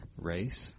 race